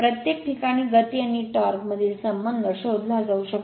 प्रत्येक प्रकरणात गती आणि टॉर्क मधील संबंध शोधला जाऊ शकतो